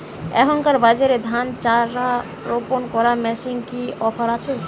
এখনকার বাজারে ধানের চারা রোপন করা মেশিনের কি অফার আছে?